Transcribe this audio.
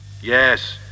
Yes